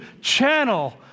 channel